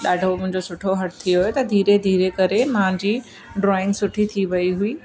ॾाढो मुंहिंजो सुठो हथ थी वियो त धीरे धीरे करे मुंहिंजी डॉइंग सुठी थी वयी हुई